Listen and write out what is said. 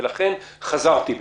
ולכן, חזרתי בי,